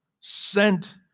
sent